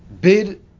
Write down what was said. bid